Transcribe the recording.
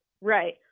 Right